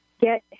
get